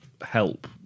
help